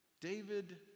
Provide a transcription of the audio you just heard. David